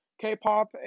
K-pop